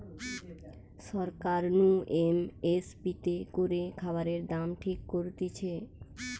সরকার নু M S P তে করে খাবারের দাম ঠিক করতিছে